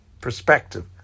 perspective